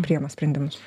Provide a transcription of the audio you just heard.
priima sprendimus